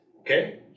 Okay